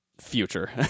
future